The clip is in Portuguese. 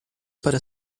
para